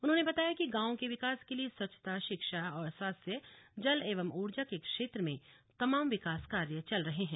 उन्होंने बताया की गांवों के विकास के लिए स्वच्छता शिक्षा और स्वास्थ्य जल एवं ऊर्जा के क्षेत्र में तमाम विकास कार्य चल रहे हैं